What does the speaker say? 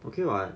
okay [what]